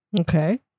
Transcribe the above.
Okay